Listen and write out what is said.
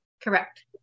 Correct